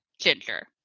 Ginger